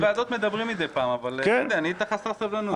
בוועדות מדברים מדי פעם, אבל נהיית חסר סבלנות.